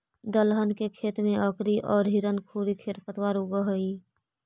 दलहन के खेत में अकरी औउर हिरणखूरी खेर पतवार उगऽ हई